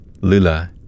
Lula